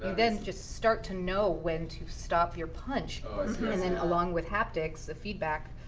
then just start to know when to stop your punch along with haptics, the feedback,